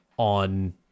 on